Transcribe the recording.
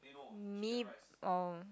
me oh